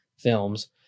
films